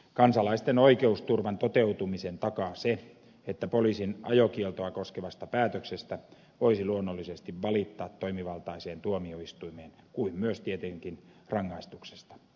kansalaisten oikeusturvan toteutumisen takaa se että poliisin ajokieltoa koskevasta päätöksestä voisi luonnollisesti valittaa toimivaltaiseen tuomioistuimeen kuten myös tietenkin rangaistuksesta